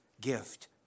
gift